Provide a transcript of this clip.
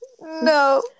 No